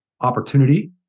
opportunity